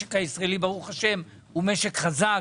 שהמשק הישראלי ברוך השם הוא משק חזק,